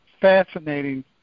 fascinating